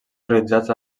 realitzats